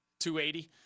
280